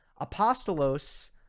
Apostolos